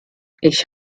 ich